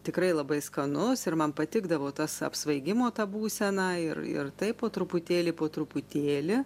tikrai labai skanus ir man patikdavo tas apsvaigimo tą būseną ir ir taip po truputėlį po truputėlį